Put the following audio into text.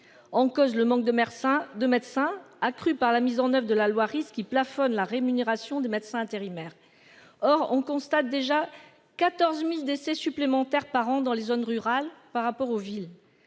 En cause, le manque de Mersin, de médecins accrue par la mise en oeuvre de la loi risque qui plafonne la rémunération des médecins intérimaires. Or on constate déjà 14.000 décès supplémentaires par an dans les zones rurales par rapport aux villes